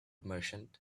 merchant